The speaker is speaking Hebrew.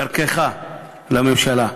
דרכך לממשלה,